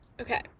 Okay